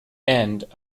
end